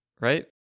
right